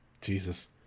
Jesus